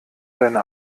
seine